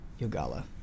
Yogala